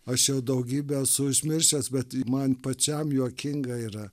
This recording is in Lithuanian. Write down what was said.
aš jau daugybę esu užmiršęs bet man pačiam juokinga yra